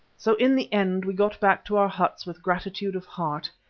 so in the end we got back to our huts with gratitude of heart.